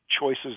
choices